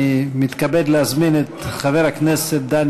אני מתכבד להזמין את חבר הכנסת דני